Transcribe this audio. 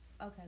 okay